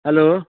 hello